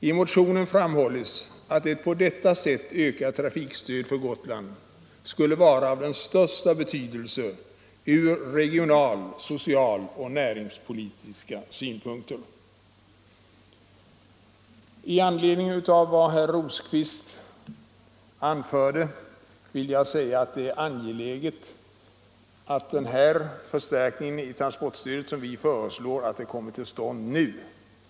I motionen framhålls att det på detta sätt ökade transportstödet för Gotland skulle vara av den största betydelse från regionala, sociala och näringspolitiska synpunkter. Med anledning av vad herr Rosqvist anförde vill jag framhålla att det är angeläget att den förstärkning av transportstödet som vi föreslår kommer till stånd nu.